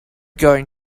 going